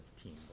team